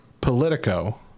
Politico